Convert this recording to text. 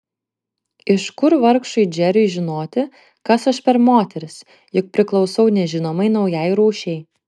iš kur vargšui džeriui žinoti kas aš per moteris juk priklausau nežinomai naujai rūšiai